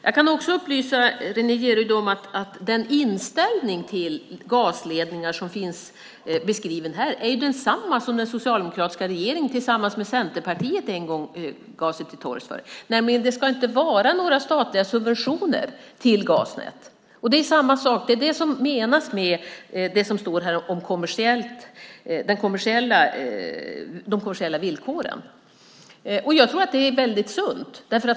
Jag kan upplysa Renée Jeryd om att den inställning till gasledningar som finns beskriven är densamma som den socialdemokratiska regeringen tillsammans med Centerpartiet en gång förde till torgs, nämligen att det inte ska vara några statliga subventioner till gasnät. Det är det som menas med det som står om de kommersiella villkoren. Jag tror att det är sunt.